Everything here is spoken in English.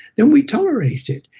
then we tolerate it.